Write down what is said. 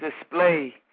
display